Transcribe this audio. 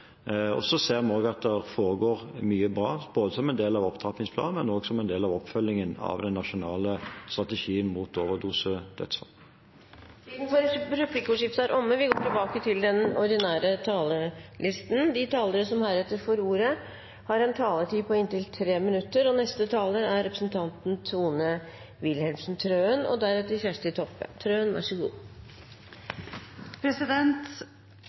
ser også at det foregår mye bra, både som en del av opptrappingsplanen og som en del av oppfølgingen av den nasjonale strategien mot overdosedødsfall. Replikkordskiftet er omme. De talere som heretter får ordet, har en taletid på inntil 3 minutter. Ambisjonen om å få ned antallet overdosedødsfall har vi alle, og